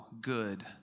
good